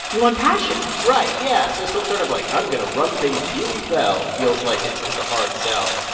you want passion right, yeah. so some sort of, like, i'm going to run things really well feels like it's it's a hard sell.